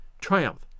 triumph